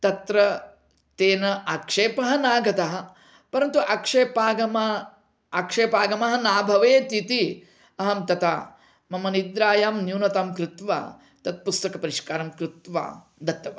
तत्र तेन आक्षेपः न आगतः परन्तु आक्षेपागमः आक्षेपागमः न भवेत् इति अहं तथा मम निद्रायां न्यूनतां कृत्वा तत् पुस्तकपरिष्कारं कृत्वा दत्तवान्